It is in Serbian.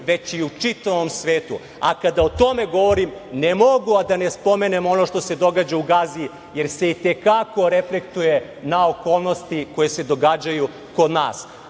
već i u čitavom svetu. Kada o tome govorim, ne mogu a da ne spomenem ono što se događa u Gazi, jer se i te kako reflektuje na okolnosti koje se događaju kod nas,